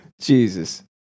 Jesus